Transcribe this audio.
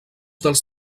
dels